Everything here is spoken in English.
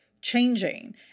changing